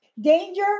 Danger